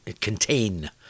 contain